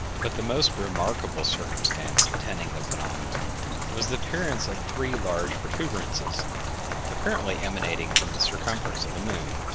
but the most remarkable circumstance attending the phenomenon was the appearance of three large protuberances apparently emanating from the circumference of the moon,